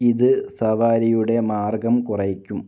ഇത് സവാരിയുടെ മാർഗ്ഗം കുറയ്ക്കും